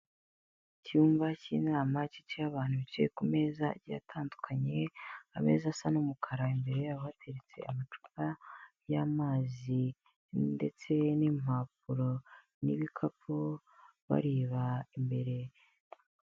Icyumba cy'inama cyicayemo abantu bicaye ku meza agiye atandukanye, ameza asa n'umukara imbere y'aho bateretse amacupa y'amazi, ndetse n'impapuro n'ibikapu bareba imbere.